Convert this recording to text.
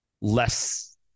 less